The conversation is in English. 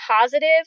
positive